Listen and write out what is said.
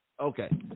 Okay